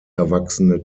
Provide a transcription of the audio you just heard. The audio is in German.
erwachsene